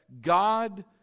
God